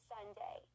Sunday